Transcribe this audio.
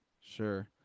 Sure